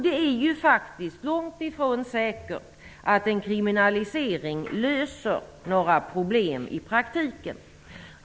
Det är ju faktiskt långt ifrån säkert att en kriminalisering löser några problem i praktiken.